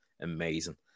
amazing